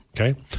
okay